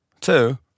Two